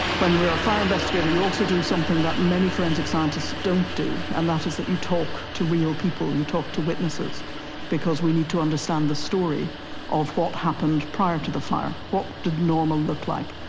when we you're a fire investigator you also do something that many forensic scientists don't do, and that is that you talk to real people, you talk to witnesses because we need to understand the story of what happened prior to the fire, what did normal look like,